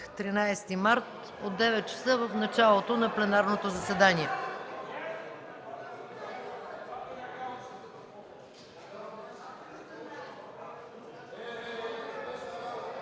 13 март, от 9,00 ч. в началото на пленарното заседание.